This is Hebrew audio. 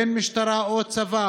משטרה או צבא,